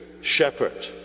shepherd